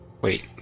Wait